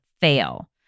fail